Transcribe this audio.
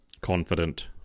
confident